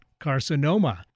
carcinoma